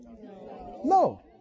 No